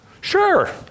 Sure